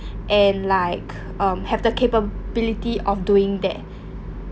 and like um have the capability of doing that